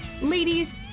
Ladies